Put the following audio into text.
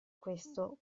questo